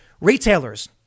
retailers